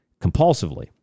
compulsively